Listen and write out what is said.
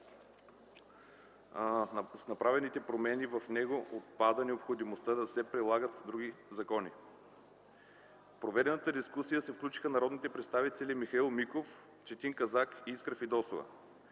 с направените промени в него отпада необходимостта да се прилагат други закони. В проведената дискусия се включиха народните представители Михаил Миков, Четин Казак и Искра Фидосова.